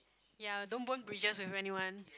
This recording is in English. ya don't burn bridges with anyone